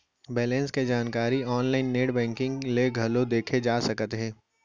balance के जानकारी online net banking ले घलौ देखे जा सकत हे